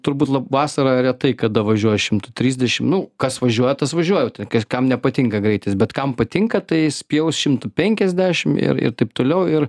turbūt lab vasarą retai kada važiuoja šimtu trisdešim nu kas važiuoja tas važiuoja jau ten kas kam nepatinka greitis bet kam patinka tai jis pjaus šimtu penkiasdešim ir ir taip toliau ir